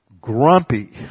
grumpy